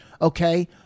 Okay